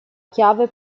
chiave